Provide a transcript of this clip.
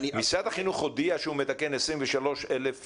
משרד החינוך הודיע שהוא מתקן 23,000 ציונים.